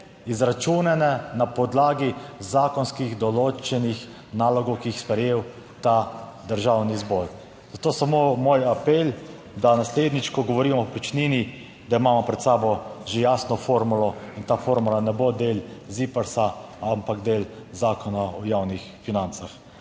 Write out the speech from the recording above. Izračunane na podlagi zakonskih določenih nalogov, ki jih je sprejel ta Državni zbor. Zato samo moj apel, da naslednjič, ko govorimo o povprečnini, da imamo pred sabo že jasno formulo in ta formula ne bo del ZIPRS, ampak del Zakona o javnih financah.